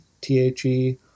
T-H-E